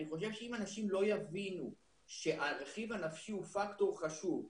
אני חושב שאם אנשים לא יבינו שהרכיב הנפשי הוא פקטור חשוב,